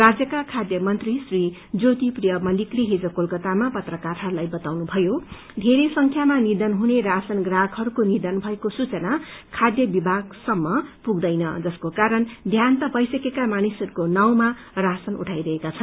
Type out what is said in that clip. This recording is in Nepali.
राज्यका खाँद मन्त्री श्री ज्योतिप्रिया मस्लिकले हिज कोलकतामा पत्रकारहरूलाई बताउनुथयो कि बेरै संख्यामा निधन हुने राशन प्राह्कहरूको निधन भएको सूचना खाब विभागसम्म पुग्दैन जसको कारण देहान्त भइसकेका मानिसहरूको नाउँमा राशन उठारहेका छन्